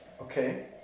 okay